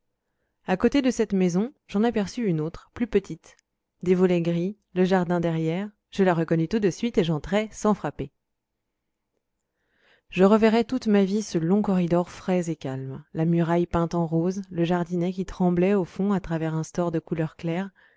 à côté de cette maison j'en aperçus une autre plus petite des volets gris le jardin derrière je la reconnus tout de suite et j'entrai sans frapper je reverrai toute ma vie ce long corridor frais et calme la muraille peinte en rose le jardinet qui tremblait au fond à travers un store de couleur claire